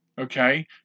okay